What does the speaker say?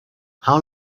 how